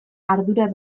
ardura